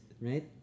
Right